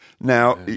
now